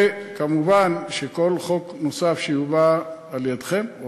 ומובן שכל חוק נוסף שיובא על-ידיכם או